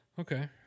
Okay